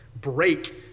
break